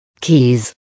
keys